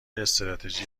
استراتژی